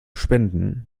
spenden